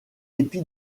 épi